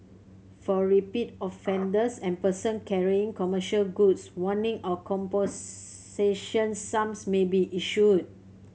for repeat offenders and person carrying commercial goods warning or composition sums may be issued